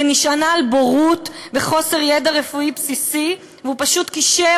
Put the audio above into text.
ונשענה על בורות וחוסר ידע רפואי בסיסי: הוא פשוט קישר